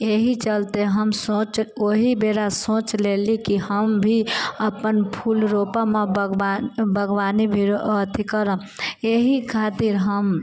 इएह चलते हम सोचि ओहि बेरा सोचि लेलहूँ कि हम भी अपन फूल रोपब आ बागवान बागवानी भी अथि करब एहि खातिर हम